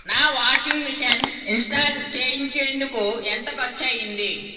నా washing machine install చేయించేందుకు ఎంత ఖర్చయ్యింది